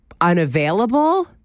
unavailable